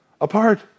apart